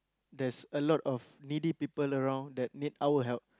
there's a lot of needy people around that need our help